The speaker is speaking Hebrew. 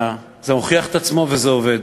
שזה הוכיח את עצמו וזה עובד.